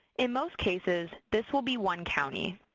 in most cases this will be one county.